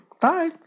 Bye